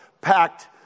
packed